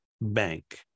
bank